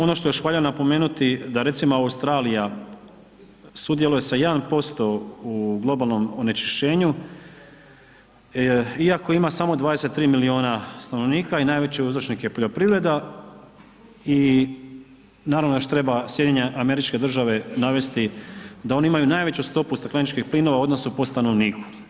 Ono što još valja napomenuti da recimo Australija sudjeluje sa 1% u globalnom onečišćenju iako ima samo 23 miliona i najveći uzročnik je poljoprivreda i naravno još treba SAD navesti da oni imaju najveću stopu stakleničkih plinova u odnosu po stanovniku.